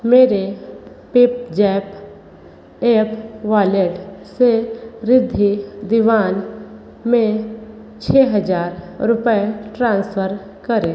मेरे PayZapp app wallet wallet से रिद्धि दीवान में छः हजार रुपये ट्रांसफर करें